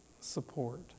support